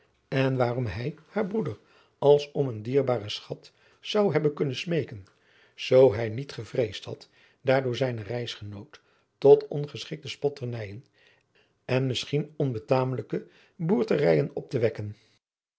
en waarom hij haar broeder als om een dierbaren schat zou hebben kunnen smeeken zoo hij niet gevreesd had daardoor zijnen reisgenoot tot ongeschikte spotternijen en misschien onbetamelijke boerterijen op te wekken